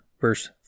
verse